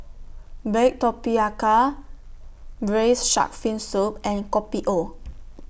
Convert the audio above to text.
Baked Tapioca Braised Shark Fin Soup and Kopi O